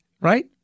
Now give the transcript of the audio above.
right